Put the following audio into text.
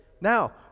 Now